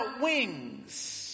wings